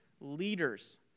leaders